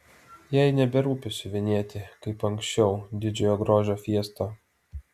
jai neberūpi siuvinėti kaip anksčiau didžiojo grožio fiestą